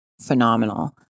phenomenal